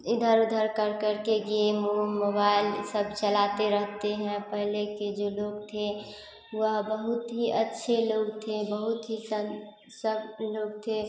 इधर उधर कर करके गेम उम मोबाइल यह सब चलाते रहते हैं पहले के जो लोग थे वह बहुत ही अच्छे लोग थे बहुत ही सन सभ्य लोग थे